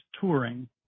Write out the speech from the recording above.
touring